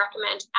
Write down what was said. recommend